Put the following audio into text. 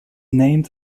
named